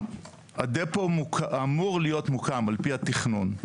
הדפו אמור להיות מוקם על פי התכנון.